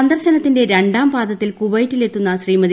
സ്ന്ദർശനത്തിന്റെ രണ്ടാംപാദത്തിൽ കുവൈറ്റിൽ എത്തുന്ന ഢ്രീമതി